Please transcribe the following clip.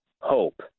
hope